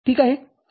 ठीक आहे